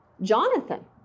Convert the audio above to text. jonathan